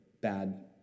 bad